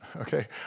okay